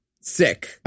sick